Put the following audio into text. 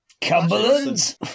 Cumberland